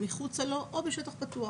מחוצה לו או בשטח פתוח,